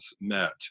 met